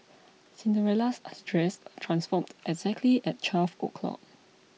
Cinderella's dress transformed exactly at twelve o'clock